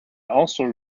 also